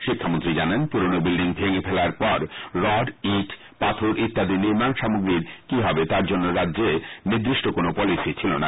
শিক্ষামন্ত্রী জানান পুরোনো বিল্ডিং ভেঙ্গে ফেলার পর রড ইট পাথর ইত্যাদি নির্মান সামগ্রীর কি হবে তার জন্য রাজ্যে নিদিষ্ট কোনও পলিসি ছিলো না